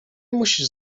musisz